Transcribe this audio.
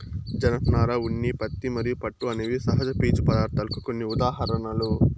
జనపనార, ఉన్ని, పత్తి మరియు పట్టు అనేవి సహజ పీచు పదార్ధాలకు కొన్ని ఉదాహరణలు